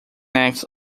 acts